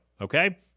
Okay